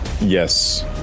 Yes